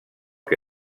que